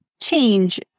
change